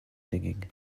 digging